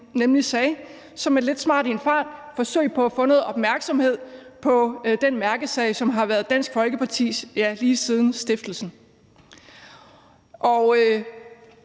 Valentin sagde, som et lidt smart i en fart-forsøg på at få noget opmærksomhed om den mærkesag, som har været Dansk Folkepartis lige siden stiftelsen. I